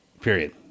Period